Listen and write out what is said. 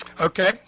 Okay